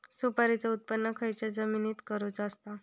सुपारीचा उत्त्पन खयच्या जमिनीत करूचा असता?